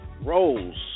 roles